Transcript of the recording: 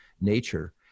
nature